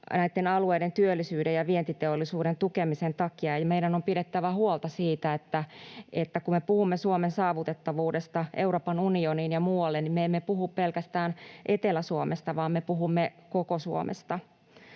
näitten alueiden työllisyyden ja vientiteollisuuden tukemisen takia. Eli meidän on pidettävä huolta siitä, että kun me puhumme Suomen saavutettavuudesta Euroopan unioniin ja muualle, niin me emme puhu pelkästään Etelä-Suomesta vaan me puhumme koko Suomesta.